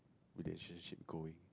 relationship going